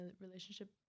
relationship